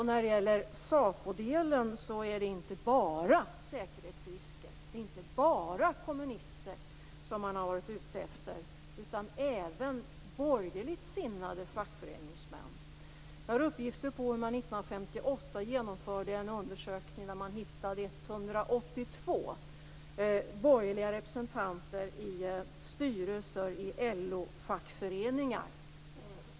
När det gäller sapodelen är det inte bara säkerhetsrisker och kommunister som man har varit ute efter, utan även borgerligt sinnade fackföreningsmän. Jag har uppgifter på hur man 1958 genomförde en undersökning och hittade 182 borgerliga representanter i styrelser i LO-fackföreningar.